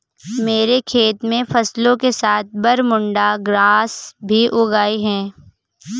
मेरे खेत में फसलों के साथ बरमूडा ग्रास भी उग आई हैं